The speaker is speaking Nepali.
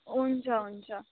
हुन्छ हुन्छ